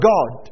God